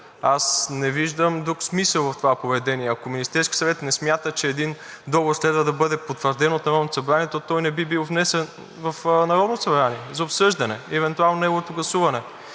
Аз не виждам друг смисъл в това поведение. Ако Министерският съвет не смята, че един договор следва да бъде потвърден от Народното събрание, то той не би бил внесен в Народното събрание за обсъждане и евентуално неговото гласуване.